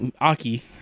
Aki